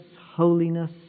holiness